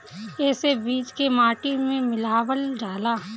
एसे बीज के माटी में मिलावल जाला